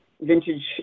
Vintage